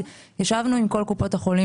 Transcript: ישבנו עם כל קופות החולים